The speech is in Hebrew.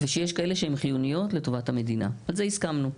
ויש כאלה שהן חיוניות לטובת המדינה, על זה הסכמנו.